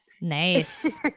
Nice